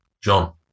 John